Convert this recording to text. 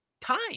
time